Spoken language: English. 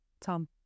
tom